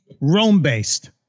Rome-based